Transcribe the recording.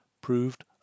proved